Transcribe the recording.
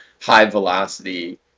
high-velocity